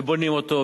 ובונים אותו,